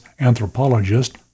anthropologist